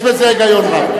יש בזה היגיון רב.